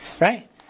Right